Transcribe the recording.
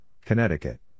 Connecticut